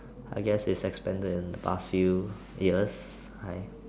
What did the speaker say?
I guess it's expended in the last few years I'm